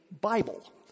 Bible